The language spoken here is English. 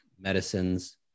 medicines